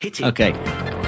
Okay